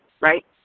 right